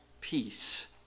peace